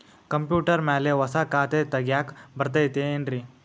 Computer ಮ್ಯಾಲೆ ಹೊಸಾ ಖಾತೆ ತಗ್ಯಾಕ್ ಬರತೈತಿ ಏನ್ರಿ?